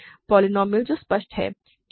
बहुपद जो स्पष्ट है